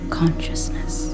consciousness